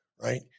right